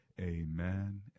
amen